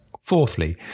Fourthly